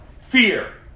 fear